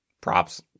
props